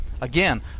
Again